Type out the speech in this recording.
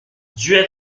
dieu